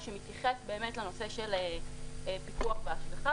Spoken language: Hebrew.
שמתייחס לנושא של פיקוח והשגחה.